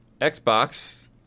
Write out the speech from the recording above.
Xbox